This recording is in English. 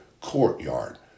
courtyard